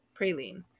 Praline